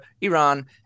Iran